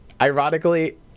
ironically